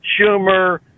Schumer